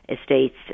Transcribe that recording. estates